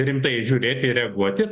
rimtai žiūrėti ir reaguoti